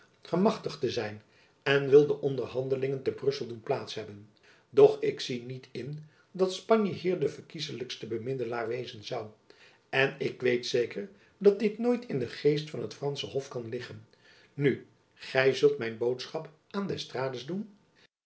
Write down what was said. gemagtigd te zijn en wil de onderhandelingen te brussel doen plaats hebben doch ik zie niet in dat spanje hier de verkieslijkste bemiddelaar wezen zoû en ik weet zeker dat dit nooit in den geest van t fransche hof kan liggen nu gy zult mijn boodschap aan d'estrades doen